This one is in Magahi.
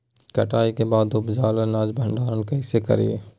कटाई के बाद उपजल अनाज के भंडारण कइसे करियई?